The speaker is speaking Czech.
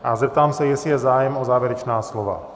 A zeptám se, jestli je zájem o závěrečná slova.